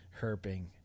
herping